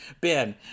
Ben